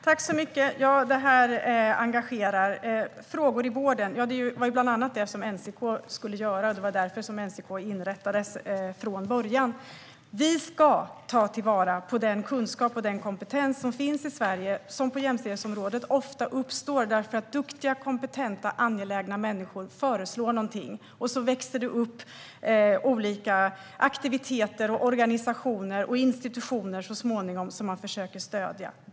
Herr talman! Detta engagerar. När det gäller frågor i vården var det bland annat detta som NCK skulle göra - det var därför det inrättades från början. Vi ska ta till vara den kunskap och kompetens som finns i Sverige och som ofta uppstår på jämställdhetsområdet därför att duktiga, kompetenta och angelägna människor föreslår något. Det växer upp olika aktiviteter, organisationer och så småningom institutioner som man försöker stödja.